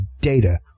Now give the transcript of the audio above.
data